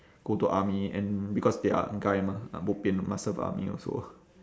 go to army and because they are guy mah ah bo pian must serve army also